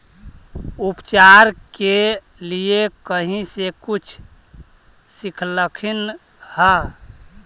उपचार के लीये कहीं से कुछ सिखलखिन हा?